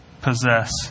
possess